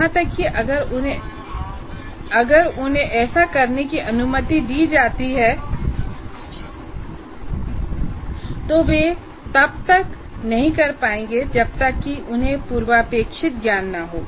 यहां तक कि अगर उन्हें ऐसा करने की अनुमति दी जाती है तो वे तब तक नहीं कर पाएंगे जब तक कि उन्हें पूर्वापेक्षित ज्ञान न हो